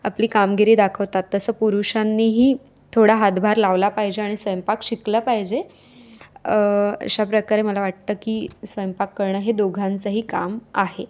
आपली कामगिरी दाखवतात तसं पुरुषांनीही थोडा हातभार लावला पाहिजे आणि स्वयंपाक शिकला पाहिजे अशा प्रकारे मला वाटतं की स्वयंपाक करणं हे दोघांचंही काम आहे